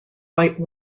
white